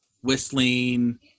whistling